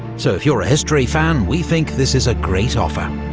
so if you're a history fan we think this is a great offer.